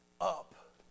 up